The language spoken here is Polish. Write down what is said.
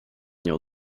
mnie